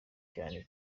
cyane